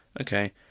Okay